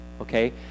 okay